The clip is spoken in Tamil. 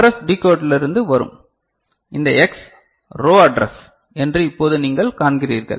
அட்ரஸ் டிகோடரிலிருந்து வரும் இந்த எக்ஸ் ரோ அட்ரஸ் என்று இப்போது நீங்கள் காண்கிறீர்கள்